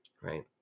Right